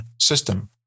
system